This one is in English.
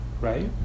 right